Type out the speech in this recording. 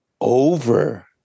over